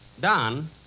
Don